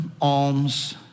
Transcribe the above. alms